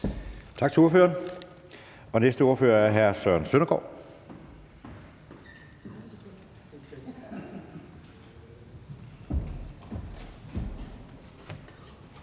Tak til ordføreren. Næste ordfører er hr. Søren Søndergaard.